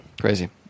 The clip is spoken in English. Crazy